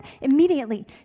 immediately